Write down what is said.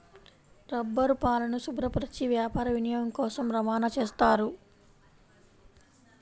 రబ్బరుపాలను శుభ్రపరచి వ్యాపార వినియోగం కోసం రవాణా చేస్తారు